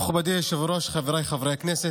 מכובדי היושב-ראש, חבריי חברי הכנסת,